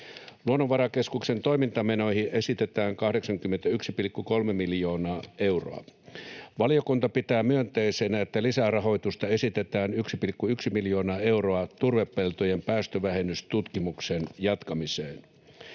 Luonnonvarakeskuksen toimintamenoihin esitetään 81,3 miljoonaa euroa. Valiokunta pitää myönteisenä, että lisärahoitusta esitetään 1,1 miljoonaa euroa turvepeltojen päästövähennystutkimuksen jatkamiseen.